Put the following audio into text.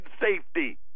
safety